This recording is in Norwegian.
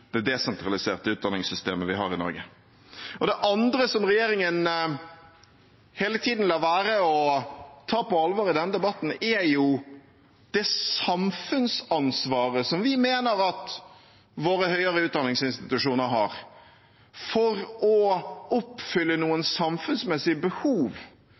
det desentraliserte utdanningssystemet vi har i Norge. Det andre som regjeringen hele tiden lar være å ta på alvor i denne debatten, er det samfunnsansvaret som vi mener våre høyere utdanningsinstitusjoner har for å oppfylle noen samfunnsmessige behov,